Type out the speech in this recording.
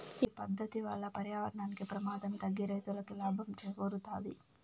ఈ పద్దతి వల్ల పర్యావరణానికి ప్రమాదం తగ్గి రైతులకి లాభం చేకూరుతాది